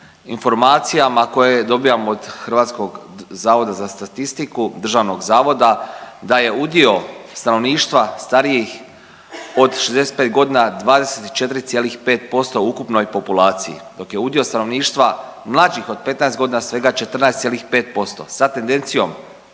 informacijama koje dobivamo od Hrvatskog zavoda za statistiku, Državnog zavoda da je udio stanovništva starijih od 65 godina 24,5% u ukupnoj populaciji dok je udio stanovništva mlađih od 15 godina svega 14,5% sa tendencijom